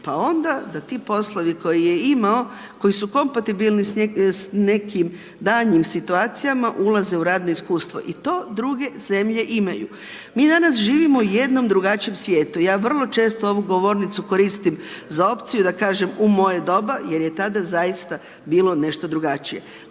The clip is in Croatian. Pa onda da ti poslovi koje je imao koji su kompatibilni sa nekim daljnjim situacijama ulaze u radno iskustvo i to druge zemlje imaju. Mi danas živimo u jednom drugačijem svijetu. Ja vrlo često ovu govornicu koristim za opciju da kažem u moje doba jer je tada zaista bilo nešto drugačije.